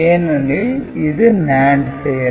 ஏனெனில் இது NAND செயல்